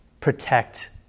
protect